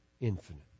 infinite